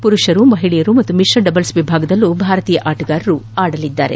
ಮರುಷರ ಮಹಿಳೆಯರ ಪಾಗೂ ಮಿಶ್ರ ಡಬಲ್ಸ್ ವಿಭಾಗದಲ್ಲೂ ಭಾರತೀಯ ಆಟಗಾರರು ಆಡಲಿದ್ದಾರೆ